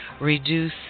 Reduce